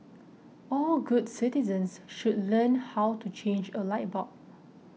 all good citizens should learn how to change a light bulb